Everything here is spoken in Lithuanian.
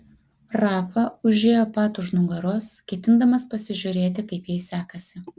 rafa užėjo pat už nugaros ketindamas pasižiūrėti kaip jai sekasi